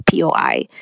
POI